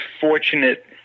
fortunate